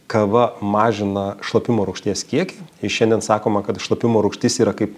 kava mažina šlapimo rūgšties kiekį šiandien sakoma kad šlapimo rūgštis yra kaip